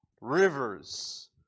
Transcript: Rivers